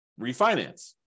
refinance